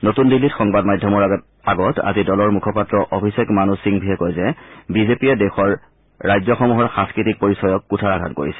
নতুন দিল্লীত সংবাদ মাধ্যমৰ আগত আজি দলৰ মুখপাত্ৰ অভিষেক মানু সিংভিয়ে কয় যে বিজেপিয়ে দেশৰ ৰাজ্যসমূহৰ সাংস্কৃতিক পৰিচয়ক কুঠাৰঘাত কৰিছে